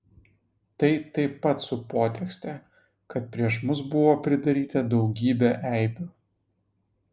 tai taip pat su potekste kad prieš mus buvo pridaryta daugybė eibių